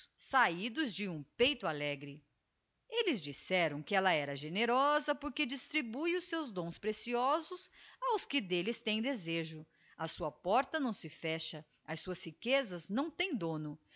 sabidos de um peito alegre elles disseram que ella era generosa porque distribue os seus dons preciosos aos que d'elles têm desejo a sua porta não se fecha as suas riquezas não têm dono